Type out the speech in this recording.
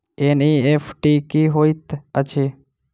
NEFT की होइत अछि?